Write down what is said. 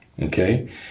okay